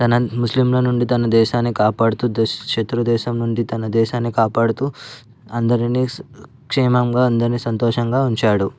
తన ముస్లింల నుండి తన దేశాన్ని కాపాడుతూ శత్రు దేశం నుంచి తన దేశాన్ని కాపాడుతూ అందరినీ క్షేమంగా అందరినీ సంతోషంగా ఉంచాడు